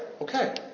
Okay